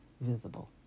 visible